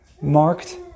marked